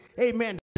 Amen